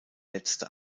letzte